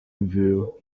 view